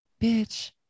bitch